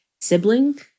sibling